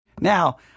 Now